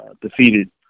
defeated